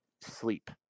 sleep